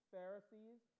Pharisees